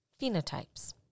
phenotypes